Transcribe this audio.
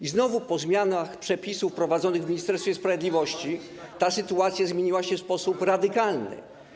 I znowu po zmianach przepisów wprowadzonych w Ministerstwie Sprawiedliwości ta sytuacja zmieniła się w sposób radykalny.